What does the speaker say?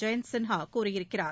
ஜெயந்த் சின்ஹா கூறியிருக்கிறார்